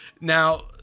now